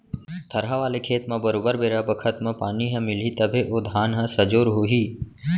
थरहा वाले खेत म बरोबर बेरा बखत म पानी ह मिलही तभे ओ धान ह सजोर हो ही